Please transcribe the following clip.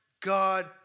God